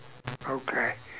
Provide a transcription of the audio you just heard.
okay